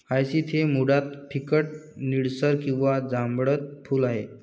hyacinth हे मुळात फिकट निळसर किंवा जांभळट फूल आहे